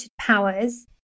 Powers